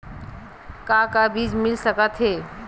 का का बीज मिल सकत हे?